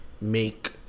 make